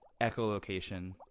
echolocation